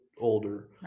older